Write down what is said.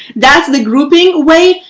that's the grouping way.